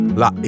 la